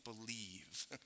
believe